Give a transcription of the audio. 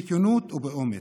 בכנות ובאומץ.